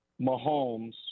Mahomes